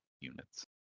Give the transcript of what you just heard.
units